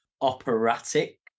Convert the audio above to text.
operatic